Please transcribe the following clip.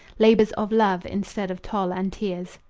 labors of love instead of toil and tears.